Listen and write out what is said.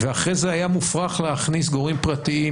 ואחרי זה היה מופרך להכניס גורמים פרטיים